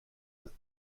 with